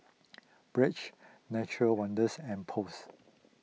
Bragg Nature Wonders and Post